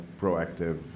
proactive